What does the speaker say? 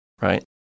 right